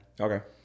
Okay